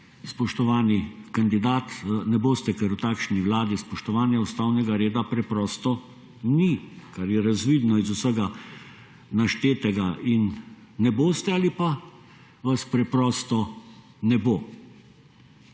spoštovani kandidat, ne boste, ker v takšni Vladi spoštovanja ustavnega reda preprosto ni, kar je razvidno iz vsega naštetega in ne boste ali pa vas preprosto ne bo.